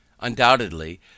Undoubtedly